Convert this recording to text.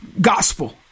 gospel